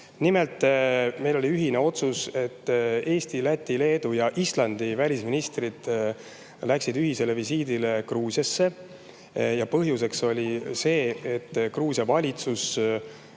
Nimelt, meil oli ühine otsus, et Eesti, Läti, Leedu ja Islandi välisminister lähevad ühisele visiidile Gruusiasse. Põhjuseks oli see, et Gruusia valitsus